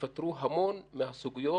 ייפתרו המון מהסוגיות.